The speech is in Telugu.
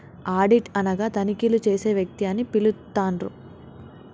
ఆడిట్ అనగా తనిఖీలు చేసే వ్యక్తి అని పిలుత్తండ్రు